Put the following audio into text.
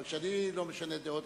אבל כשאני לא משנה דעות,